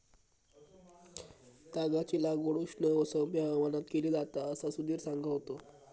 तागाची लागवड उष्ण व सौम्य हवामानात केली जाता असा सुधीर सांगा होतो